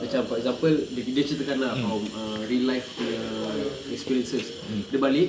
macam for example dia cerita kan ah from a real life punya experiences dia balik